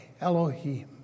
Elohim